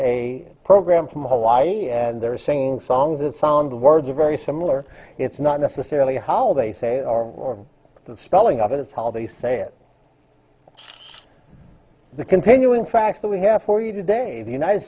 a program from hawaii and they're singing songs that sound the words are very similar it's not necessarily how they say or the spelling of it it's how they say it the continuing facts that we have for you today the united